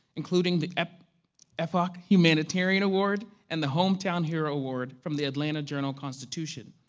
including the epoch epoch humanitarian award and the hometown hero award from the atlanta journal constitution.